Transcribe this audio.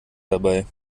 dabei